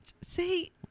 See